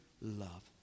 love